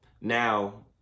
Now